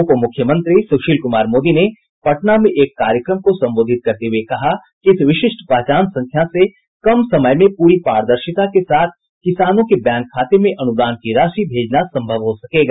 उपमुख्यमंत्री सुशील कुमार मोदी ने पटना में एक कार्यक्रम को संबोधित करते हुए कहा कि इस विशिष्ट पहचान संख्या से कम समय में पूरी पारदर्शिता के साथ किसानों के बैंक खाते में अनुदान की राशि भेजना संभव हो सकेगा